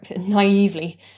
naively